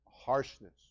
harshness